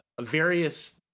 various